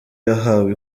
yahawe